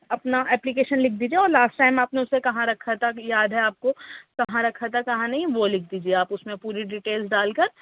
اپنا اپلیکشن لِکھ دیجئے اور لاسٹ ٹائم آپ نے اُسے کہاں رکھا تھا یاد ہے آپ کو کہاں رکھا تھا کہاں نہیں وہ لِکھ دیجئے آپ اُس میں پوری ڈٹیل ڈال کر